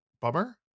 bummer